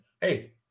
hey